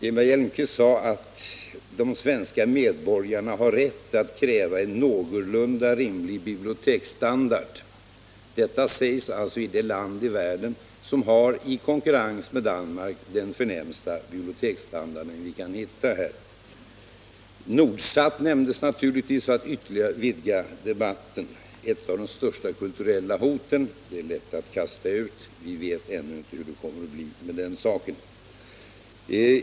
Eva Hjelmström sade att de svenska medborgarna har rätt att kräva en någorlunda rimlig biblioteksstandard. Detta sägs alltså i det land i världen som i konkurrens med Danmark har den förnämsta biblioteksstandard man kan finna. För att ytterligare vidga debatten nämndes naturligtvis Nordsatprojektet som ett av de största kulturella hoten. Det är lätt att kasta ur sig detta, men vi vet ännu inte hur det kommer att bli med den saken.